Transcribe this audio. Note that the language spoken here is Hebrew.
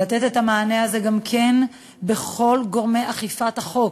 לתת את המענה הזה גם כן בכל גורמי אכיפת החוק,